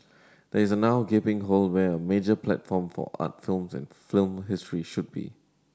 there is now a gaping hole where a major platform for art films and film history should be